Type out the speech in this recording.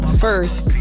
first